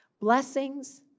Blessings